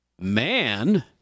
man